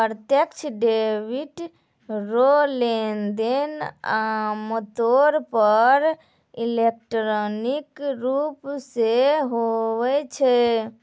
प्रत्यक्ष डेबिट रो लेनदेन आमतौर पर इलेक्ट्रॉनिक रूप से हुवै छै